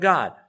God